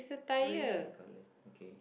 grey in colour okay